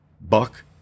Buck